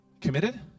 committed